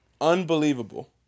Unbelievable